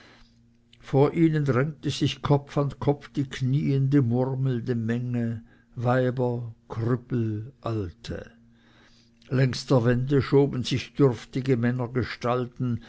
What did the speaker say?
vor ihnen drängte sich kopf an kopf die knieende murmelnde menge weiber krüppel alte längs der wände schoben sich dürftige